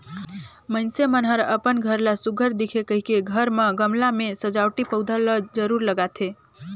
मइनसे मन हर अपन घर ला सुग्घर दिखे कहिके घर म गमला में सजावटी पउधा ल जरूर लगाथे